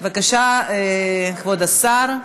בבקשה, כבוד השר.